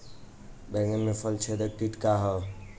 बैंगन में फल छेदक किट का ह?